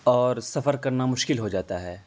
اور سفر کرنا مشکل ہو جاتا ہے